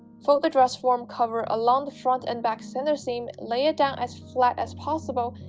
fold the dress form cover along the front and back center seam lay it down as flat as possible,